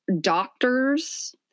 doctors